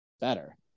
better